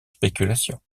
spéculations